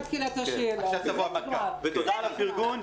תודה על הפרגון.